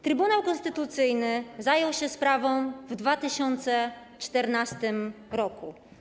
Trybunał Konstytucyjny zajął się sprawą w 2014 r.